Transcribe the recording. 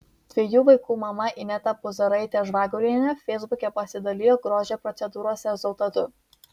dviejų vaikų mama ineta puzaraitė žvagulienė feisbuke pasidalijo grožio procedūros rezultatu